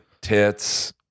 tits